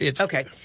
Okay